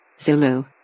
Zulu